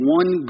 one